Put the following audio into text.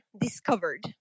discovered